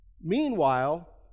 Meanwhile